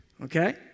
okay